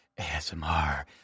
ASMR